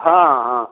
हँ हँ